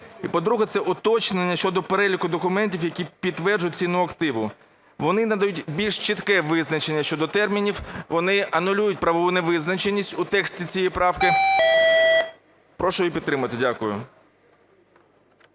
І по-друге, це уточнення щодо переліку документів, які підтверджують ціну активу. Вони надають більш чітке визначення щодо термінів, вони анулюють правову невизначеність у тексті цієї правки. Прошу її підтримати. Дякую.